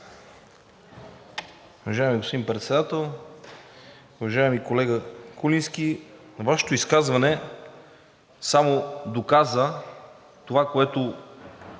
Уважаеми господин Председател. Уважаеми колега Куленски, Вашето изказване само доказа това, което